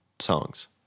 songs